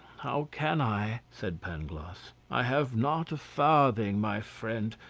how can i? said pangloss, i have not a farthing, my friend,